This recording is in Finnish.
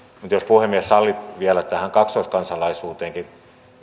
mutta jos puhemies sallitte kaksoiskansalaisuuteenkin